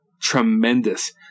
tremendous